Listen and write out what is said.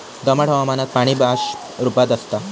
दमट हवामानात पाणी बाष्प रूपात आसता